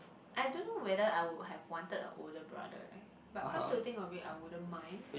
I don't know whether I would have wanted a older brother eh but come to think of it I wouldn't mind